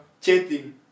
chatting